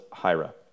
Hira